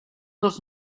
dels